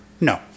no